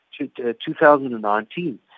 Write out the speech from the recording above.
2019